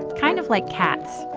kind of like cats.